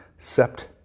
Sept